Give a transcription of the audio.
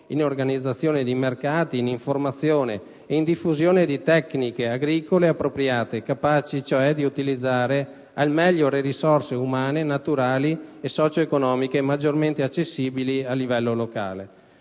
in organizzazione di mercati, in informazione e in diffusione di tecniche agricole appropriate, capaci cioè di utilizzare al meglio le risorse umane, naturali e socio-economiche maggiormente accessibili a livello locale.